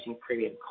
premium